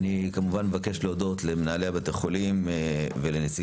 אני מבקש להודות למנהלי בתי החולים ולנציגי